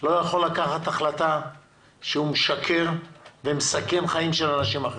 לא יכול לקחת החלטה שהוא משקר ומסכן חיים של אנשים אחרים.